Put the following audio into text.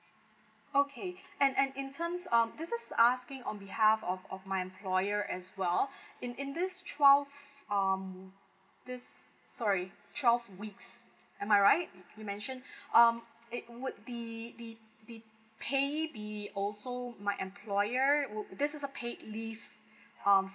okay and and in terms um this is asking on behalf of of my employer as well in in this twelve um this sorry twelve weeks am I right you mentioned um it would the the the pay be also my employer would this is a paid leave um